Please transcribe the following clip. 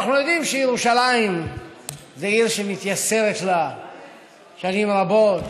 אנחנו יודעים שירושלים זו עיר שמתייסרת לה שנים רבות